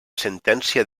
sentència